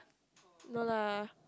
no lah